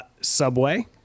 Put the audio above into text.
Subway